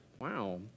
Wow